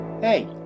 Hey